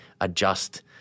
adjust